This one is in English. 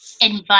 invite